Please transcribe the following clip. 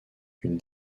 une